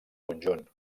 conjunt